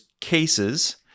cases